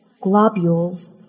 Globules